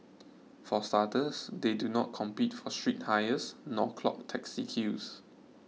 for starters they do not compete for street hires nor clog taxi queues